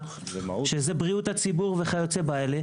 מצנעת הפרט וכיוצא באלה.